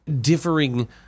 differing